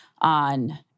on